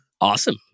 Awesome